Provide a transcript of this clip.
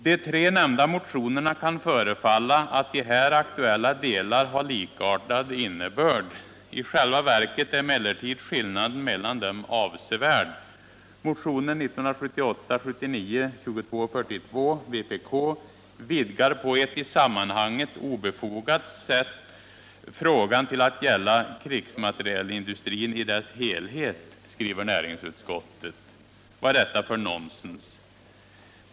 ”De tre nämnda motionerna kan förefalla att i här aktuella delar ha likartad innebörd. I själva verket är emellertid skillnaden mellan dem avsevärd. Motionen 1978/79:2242 vidgar på ett i sammanhanget obefogat sätt frågan till att gälla krigsmaterielindustrin i dess helhet”, skriver näringsutskottet. Vad är detta för nonsens?